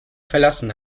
verlassen